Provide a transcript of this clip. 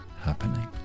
happening